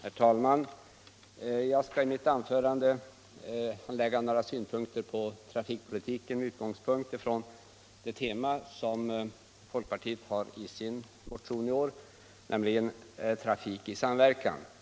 Herr talman! Jag skall i mitt anförande lägga några synpunkter på trafikpolitiken med utgångspunkt i det tema som folkpartiet har i sin motion i år. nämligen trafik i samverkan.